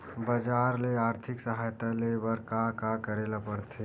बजार ले आर्थिक सहायता ले बर का का करे ल पड़थे?